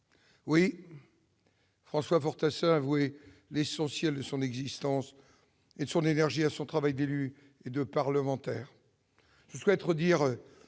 Oui, François Fortassin a voué l'essentiel de son existence et de son énergie à son travail d'élu et de parlementaire.